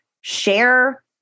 share